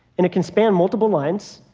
and it can span multiple lines.